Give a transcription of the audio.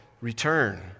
return